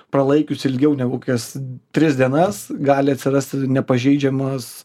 pralaikius ilgiau negu kokias tris dienas gali atsirasti nepažeidžiamas